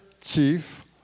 chief